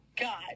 god